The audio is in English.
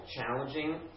challenging